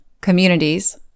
communities